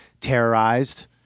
terrorized